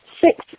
Six